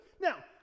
Now